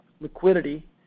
liquidity